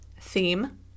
Theme